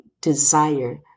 desire